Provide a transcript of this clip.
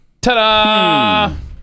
Ta-da